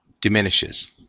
diminishes